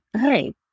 hey